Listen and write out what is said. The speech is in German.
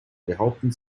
behaupten